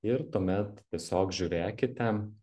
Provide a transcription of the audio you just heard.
ir tuomet tiesiog žiūrėkite